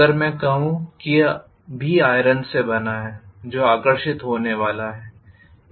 अगर मैं कहूं कि यह भी आइरन से बना है जो आकर्षित होने वाला है